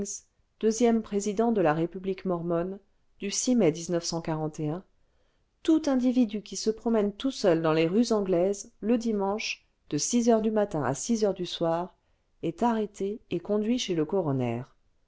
deuxième président de la république mormonne du mai tout individu qui se promène tout seul daus les rues anglaises le dimanche de six heures du matin à six heures du soir est arrêté et conduit chez le coroner